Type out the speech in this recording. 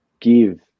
give